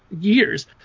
years